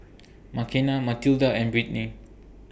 Makena Mathilda and Britni